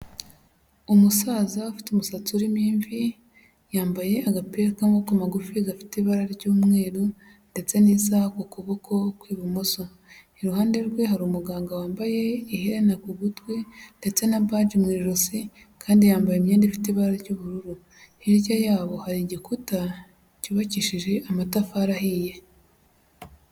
Umusaza ufite umusatsi uririmo imvi, yambaye agapira k'amaboko magufi gafite ibara ry'umweru ndetse n'isaha ku kuboko kw'ibumoso. Iruhande rwe hari umuganga wambaye iherena ku gutwi ndetse na baji mu ijosi, kandi yambaye imyenda ifite ibara ry'ubururu. Hirya yabo hari igikuta cyubakishije amatafari ahiye.